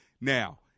Now